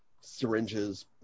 syringes